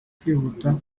kwihuta